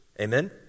Amen